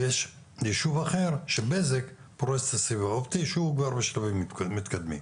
ויש ישוב אחר שבזק פורסת את הסיב האופטי שהוא כבר בשלבים מתקדמים.